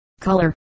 color